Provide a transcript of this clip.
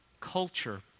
Culture